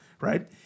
right